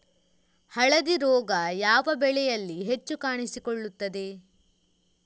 ಹಳದಿ ರೋಗ ಯಾವ ಬೆಳೆಯಲ್ಲಿ ಹೆಚ್ಚು ಕಾಣಿಸಿಕೊಳ್ಳುತ್ತದೆ?